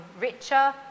richer